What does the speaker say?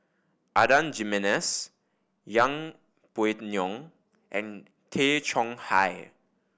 Adan Jimenez Yeng Pway Ngon and Tay Chong Hai